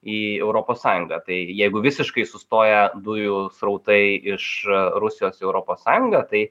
į europos sąjungą tai jeigu visiškai sustoję dujų srautai iš rusijos į europos sąjunga tai